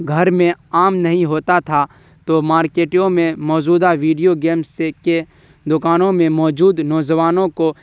گھر میں عام نہیں ہوتا تھا تو مارکیٹوں میں موجودہ ویڈیو گیمس کے دکانوں میں موجود نوجوانوں کو